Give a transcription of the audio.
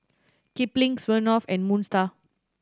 Kipling Smirnoff and Moon Star